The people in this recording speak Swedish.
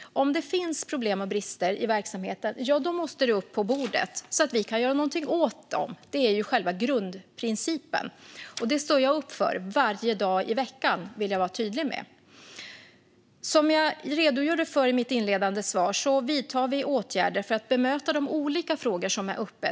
Om det finns problem och brister i verksamheten måste de upp på bordet så att vi kan göra någonting åt dem. Det är själva grundprincipen, och den står jag upp för varje dag i veckan - det vill jag vara tydlig med. Som jag redogjorde för i mitt inledande svar vidtar vi åtgärder för att bemöta de olika frågor som är uppe.